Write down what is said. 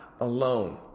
alone